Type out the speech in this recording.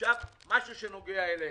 עכשיו משהו שנוגע אליך,